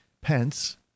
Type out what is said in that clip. Pence